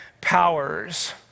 powers